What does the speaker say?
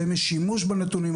האם יש שימוש בנתונים,